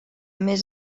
més